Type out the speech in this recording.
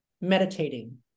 meditating